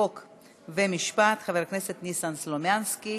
חוק ומשפט, חבר הכנסת ניסן סלומינסקי,